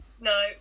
No